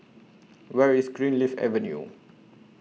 Where IS Greenleaf Avenue